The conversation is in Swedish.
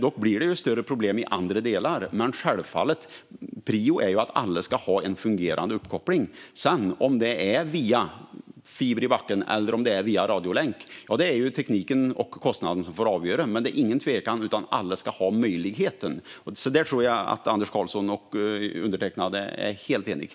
Det blir större problem i andra delar, men självfallet är prio att alla ska ha en fungerande uppkoppling. Sedan får tekniken och kostnaden avgöra om det är via fiber i backen eller om det är via radiolänk. Men det är ingen tvekan om att alla ska ha möjligheten. Där tror jag att Anders Karlsson och undertecknad är helt eniga.